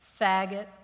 faggot